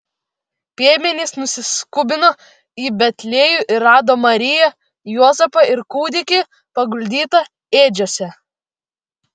piemenys nusiskubino į betliejų ir rado mariją juozapą ir kūdikį paguldytą ėdžiose